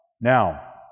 Now